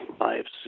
lives